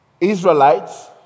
Israelites